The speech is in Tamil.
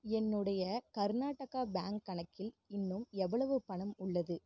என்னுடைய கர்நாட்டகா பேங்க் கணக்கில் இன்னும் எவ்வளவு பணம் உள்ளது